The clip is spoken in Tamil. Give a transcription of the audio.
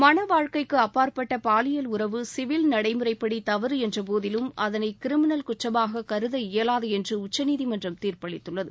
மண வாழ்க்கைக்கு அப்பாற்பட்ட பாலியல் உறவு சிவில் நடைமுறைப்படி தவறு என்றபோதிலும் அதனை கிரிமினல் குற்றமாகக் கருத இயவாது என்று உச்சநீதிமன்றம் தீர்ப்பளித்துள்ளது